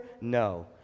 No